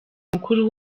mukuru